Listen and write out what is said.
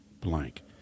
blank